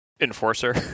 enforcer